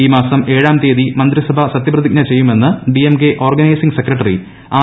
ഈ മാസം ഏഴാം തീയതി മന്ത്രിസഭ സത്യപ്രതിജ്ഞ ചെയ്യുമെന്ന് ഡിഎംകെ ഓർഗനൈസിംഗ് സെക്രട്ടറി ആർ